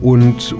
Und